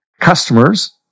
Customers